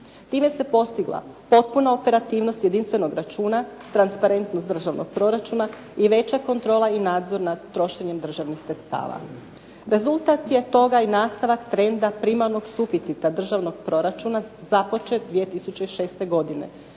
Time se postigla potpuna operativnost jedinstvenog računa, transparentnost državnog proračuna i veća kontrola i nadzor nad trošenjem državnih sredstava. Rezultat je toga i nastavak trenda primarnog suficita državnog proračuna započet 2006. godine.